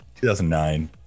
2009